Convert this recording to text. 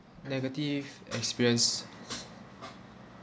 negative experience